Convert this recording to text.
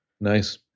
Nice